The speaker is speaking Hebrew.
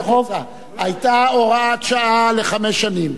היתה הוראת שעה לחמש שנים,